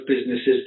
businesses